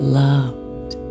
loved